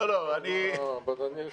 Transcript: אבי.